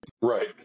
Right